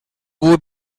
vull